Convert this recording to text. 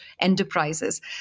enterprises